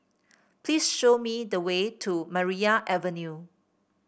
please show me the way to Maria Avenue